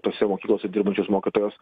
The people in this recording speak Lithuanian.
tose mokyklose dirbančios mokytojos